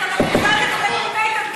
דמוקרטיה אמיתית.